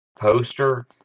poster